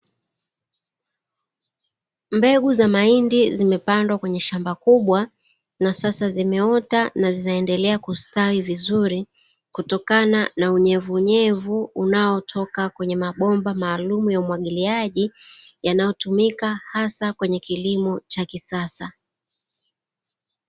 Mbegu za mahindi zimepandwa kwenye shamba kubwa, na sasa zimeota na zinaendelea kustawi vizuri kutokana na unyevunyevu, unaotoka kwenye mabomba maalumu ya umwagiliaji yanayotumika hasa kwenye kilimo cha kisasa.